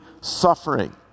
suffering